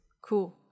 Cool